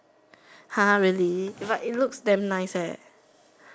!huh! really but it looks damn nice eh